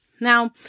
Now